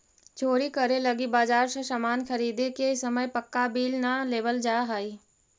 चोरी करे लगी बाजार से सामान ख़रीदे के समय पक्का बिल न लेवल जाऽ हई